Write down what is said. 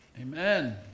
Amen